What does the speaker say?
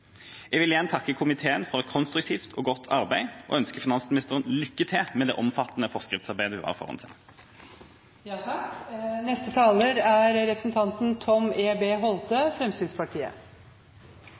Jeg vil igjen takke komitéen for et konstruktivt og godt arbeid og ønsker finansministeren lykke til med det omfattende forskriftsarbeidet hun har foran seg. La meg også rette en stor takk